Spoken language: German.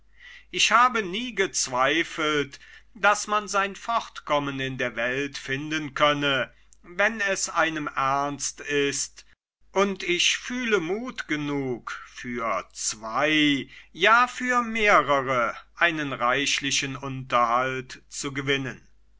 ich habe nie gezweifelt daß man sein fortkommen in der welt finden könne wenn es einem ernst ist und fühle mut genug für zwei ja für mehrere einen reichlichen unterhalt zu gewinnen